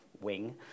wing